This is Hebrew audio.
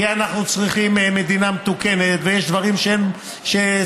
כי אנחנו צריכים מדינה מתוקנת ויש דברים שהם צרכים.